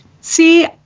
See